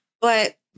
but-